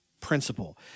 principle